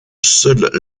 seuls